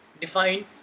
define